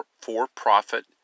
for-profit